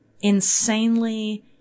insanely